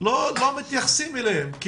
לא מתייחסים אליהם.